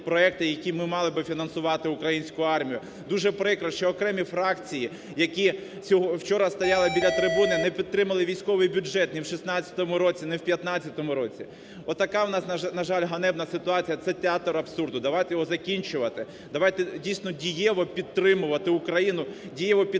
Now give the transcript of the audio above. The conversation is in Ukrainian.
проекти, якими мали би фінансувати українську армію. Дуже прикро, що окремі фракції, які вчора стояли біля трибуни не підтримали військовий бюджет ні в 2016 році, ні в 2015 році. Отака в нас, на жаль, ганебна ситуація, це театр абсурду. Давайте його закінчувати, давайте дійсно дієво підтримувати Украйну, дієво підтримувати